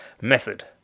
Method